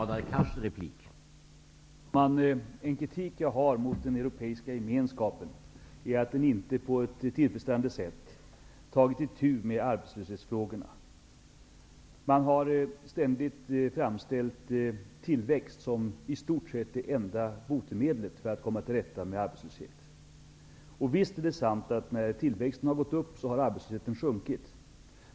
Herr talman! En kritik jag har mot den europeiska gemenskapen är att den inte på ett tillfredsställande sätt har tagit itu med arbetslöshetsfrågorna. Man har ständigt framställt tillväxt som i stort sett det enda botemedlet för att komma till rätta med arbetslösheten. Visst är det sant att när tillväxten har gått upp har arbetslösheten sjunkit.